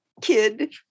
kid